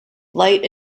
light